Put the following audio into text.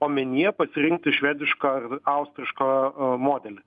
omenyje pasirinkti švedišką ar austrišką modelį